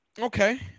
Okay